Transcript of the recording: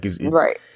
Right